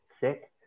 sick